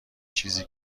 چیزی